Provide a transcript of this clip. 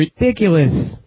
ridiculous